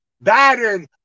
battered